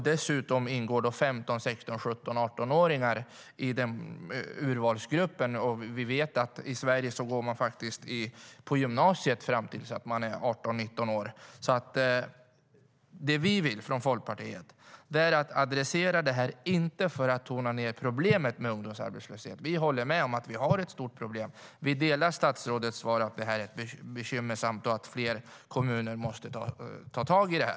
Dessutom ingår 15, 16, 17 och 18-åringar i urvalsgruppen. Vi vet att man i Sverige går på gymnasiet fram till att man är 18-19 år. Folkpartiet vill adressera frågan inte för att tona ned problemet med ungdomsarbetslöshet utan vi håller med om att det är ett stort problem. Vi instämmer i statsrådets svar att problemet är bekymmersamt och att fler kommuner måste ta tag i problemet.